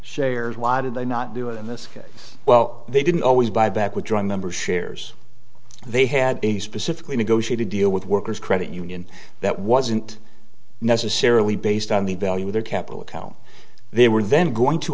shares why did they not do it in this case well they didn't always buy back withdrawing members shares they had a specifically negotiated deal with workers credit union that wasn't necessarily based on the value of their capital account they were then going to